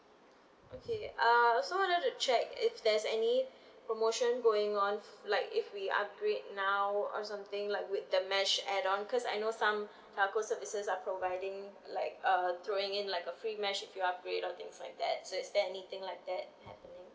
okay uh also wanted to check if there's any promotion going on like if we upgrade now or something like with the mesh add on cause I know some telco services are providing like uh throwing in like a free mesh if you upgrade or things like that so is there anything like that happening